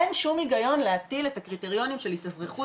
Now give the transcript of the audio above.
אין שום היגיון להטיל את הקריטריונים של התאזרחות